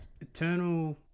Eternal